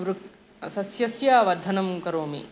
वृक् सस्यस्य वर्धनं करोमि